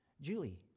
Julie